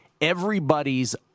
everybody's